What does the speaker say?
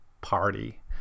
party